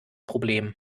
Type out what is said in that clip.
problem